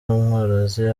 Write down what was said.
umworozi